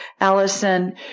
Allison